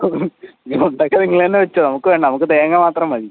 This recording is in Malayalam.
അതെ ഈ തൊണ്ട് ഒക്കെ നിങ്ങൾ തന്നെ വെച്ചോ നമുക്ക് വേണ്ട നമുക്ക് തേങ്ങ മാത്രം മതി